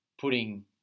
putting